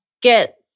get